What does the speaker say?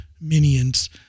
minions